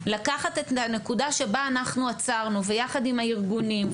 לקחת את הנקודה שבה אנחנו עצרנו ויחד עם הארגונים,